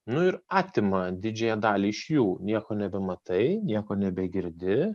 nu ir atima didžiąją dalį iš jų nieko nebematai nieko nebegirdi